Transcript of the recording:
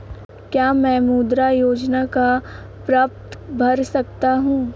क्या मैं मुद्रा योजना का प्रपत्र भर सकता हूँ?